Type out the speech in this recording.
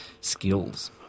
skills